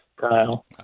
Kyle